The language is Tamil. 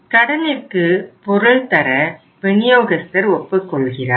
கடனிற்கு பொருள் தர விநியோகஸ்தர் ஒப்புக்கொள்கிறார்